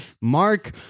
Mark